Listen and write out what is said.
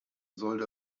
sollte